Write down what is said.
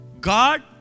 God